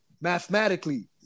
mathematically